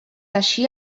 així